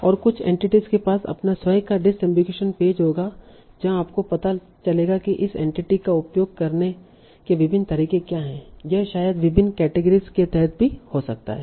और कुछ एंटिटीस के पास अपना स्वयं का डिसअम्बिगुईशन पेज होगा जहां आपको पता चलेगा कि इस एंटिटी का उपयोग करने के विभिन्न तरीके क्या हैं यह शायद विभिन्न केटेगरिस के तहत भी हो सकता है